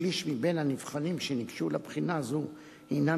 שליש מבין הנבחנים שניגשו לבחינה זו הינם